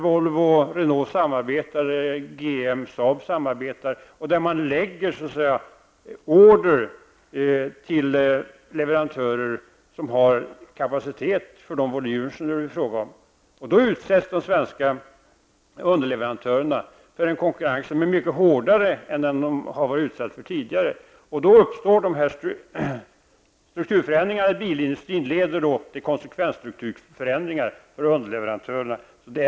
Volvo och Renault samarbetar ju liksom GM och Saab. Man så att säga lägger order på leverantörer som har kapacitet att leverera de volymer som det kan vara fråga om. Då utsätts de svenska underleverantörerna för en konkurrens som är mycket hårdare än den konkurrens som de utsatts för tidigare. Strukturförändringarna i bilindustrin leder då till konsekvensstrukturförändringar för underleverantörernas del.